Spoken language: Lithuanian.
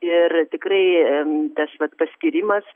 ir tikrai tas vat paskyrimas